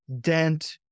dent